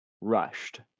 rushed